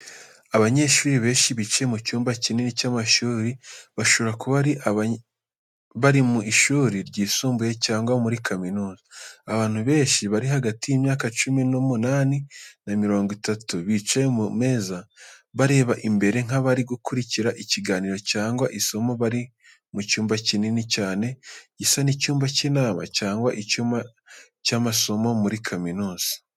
Abanyeshuri benshi bicaye mu cyumba kinini cy’amashuri, bashobora kuba bari mu ishuri ryisumbuye cyangwa muri kaminuza. Abantu benshi bari hagati y’imyaka cumi n'umunane na mirongo itatu bicaye ku meza, bareba imbere nk’abari gukurikira ikiganiro cyangwa isomo. Bari mu cyumba kinini cyane, gisa n’icyumba cy’inama cyangwa icyumba cy'amasomo muri kaminuza.